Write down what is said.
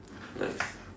nice